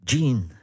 Gene